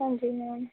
ਹਾਂਜੀ ਮੈਮ